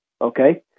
okay